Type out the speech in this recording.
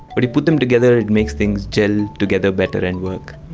but you put them together it makes things gel together better and work.